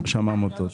ברשם העמותות.